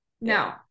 no